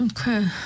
Okay